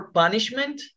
punishment